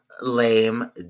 lame